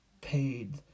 paid